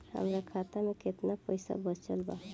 हमरा खाता मे केतना पईसा बचल बा?